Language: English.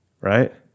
Right